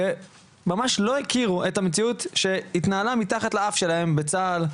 שממש לא הכירו את המציאות שהתנהלה מתחת לאף שלהם בצה"ל,